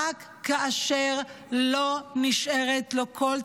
רק כאשר לא נשארת לו כל תקווה,